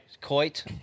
Coit